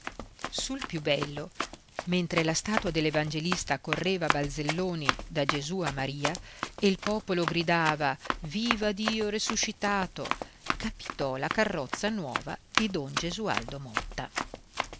sul più bello mentre la statua dell'evangelista correva balzelloni da gesù a maria e il popolo gridava viva dio resuscitato capitò la carrozza nuova di don gesualdo motta